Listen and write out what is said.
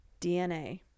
DNA